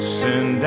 send